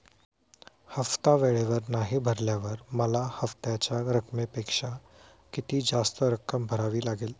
हफ्ता वेळेवर नाही भरल्यावर मला हप्त्याच्या रकमेपेक्षा किती जास्त रक्कम भरावी लागेल?